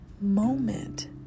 moment